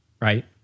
right